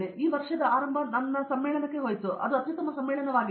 ಆದ್ದರಿಂದ ಈ ವರ್ಷದ ಈ ಆರಂಭವು ನನ್ನ ಸಮ್ಮೇಳನಕ್ಕೆ ಹೋಯಿತು ಅದು ಅತ್ಯುತ್ತಮ ಸಮ್ಮೇಳನವಾಗಿದೆ